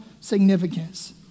significance